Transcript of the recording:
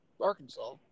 Arkansas